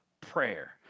prayer